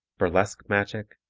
burlesque magic,